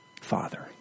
Father